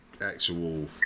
actual